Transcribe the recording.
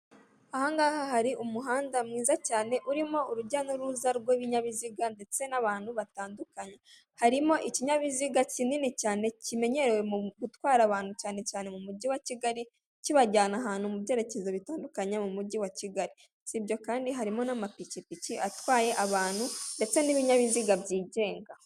Aha ngaha hari umuhanda mwiza cyane urimo urujya n'uruza rw'ibinyabiziga ndetse n'abantu batandukanye harimo ikinyabiziga kinini cyane kimenyerewe mu gutwara abantu cyane cyane mu mujyi wa kigali kibajyana ahantu mu byerekezo bitandukanye mu mugi wa Kigali sibyo kandi harimo n'amapikipiki atwaye abantu ndetse n'ibinyabiziga byigenga.